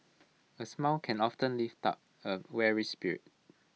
A smile can often lift up A weary spirit